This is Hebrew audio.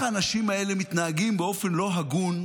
האנשים האלה מתנהגים באופן לא הגון,